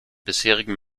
bisherigen